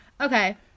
Okay